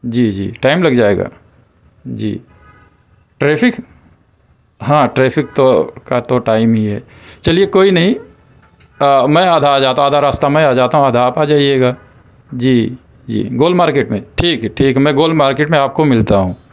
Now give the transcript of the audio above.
جی جی ٹائم لگ جائے گا جی ٹریفک ہاں ٹریفک تو کا تو ٹائم ہی ہے چلیے کوئی نہیں میں آدھا آ جاتا ہوں آدھا راستہ میں آ جاتا ہوں آدھا آپ آ جائیے گا جی جی جی گول مارکیٹ میں ٹھیک ہے ٹھیک ہے میں گول مارکیٹ میں آپ کو ملتا ہوں